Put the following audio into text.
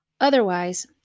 Otherwise